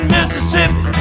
Mississippi